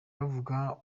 bavuga